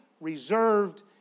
reserved